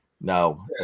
No